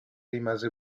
rimase